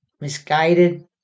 misguided